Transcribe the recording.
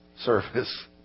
service